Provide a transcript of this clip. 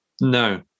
No